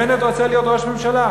בנט רוצה להיות ראש הממשלה.